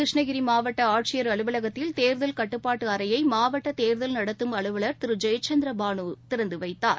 கிருஷ்ணகிரி மாவட்ட ஆட்சியர் அலுவலகத்தில் தேர்தல் கட்டுப்பாட்டு அறையை மாவட்ட தேர்தல் நடத்தும் அலுவலர் திரு ஜெயச்சந்திர பானு திறந்துவைத்தார்